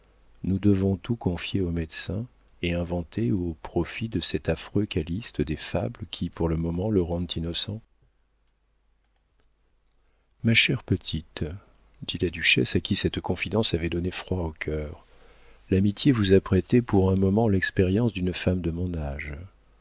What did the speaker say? nous devons tout confier au médecin et inventer au profit de cet affreux calyste des fables qui pour le moment le rendent innocent ma chère petite dit la duchesse à qui cette confidence avait donné froid au cœur l'amitié vous a prêté pour un moment l'expérience d'une femme de mon âge